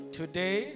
today